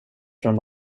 från